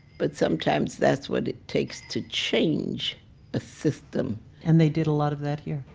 but sometimes that's what it takes to change a system and they did a lot of that here?